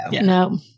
no